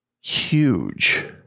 huge